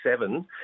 seven